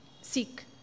Seek